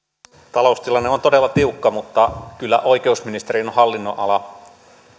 taloustilanne on todella tiukka mutta kyllä oikeusministeriön hallinnonala